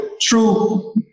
true